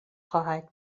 خواهد